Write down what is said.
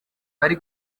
bari